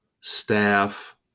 staff